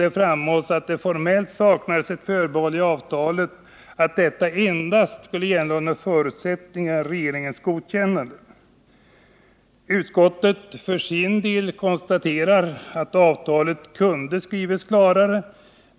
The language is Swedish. Det framhålls att det formellt saknas ett förbehåll i avtalet att detta endast skulle gälla under förutsättning av regeringens godkännande. Utskottet konstaterar för sin del att avtalet kunde ha skrivits klarare.